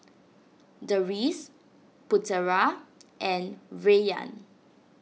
Deris Putera and Rayyan